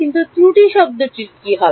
কিন্তু ত্রুটি শব্দটির কি হয়